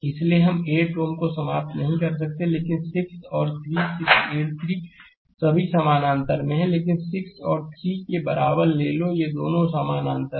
इसलिए हम 8 Ω को समाप्त नहीं कर सकते हैं लेकिन 6 और 3 6 8 3 सभी समानांतर में हैं लेकिन 6 और 3 के बराबर ले लो ये दोनों समानांतर हैं